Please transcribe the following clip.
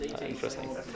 Interesting